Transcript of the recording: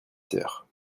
sœur